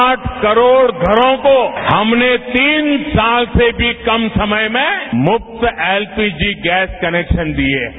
आठ करोड़ घरों को हमने तीन साल से भी कम समय में मुफ्त एलपीजी गैस कनेक्शन दिए हैं